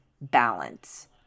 balance